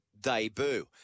debut